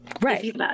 Right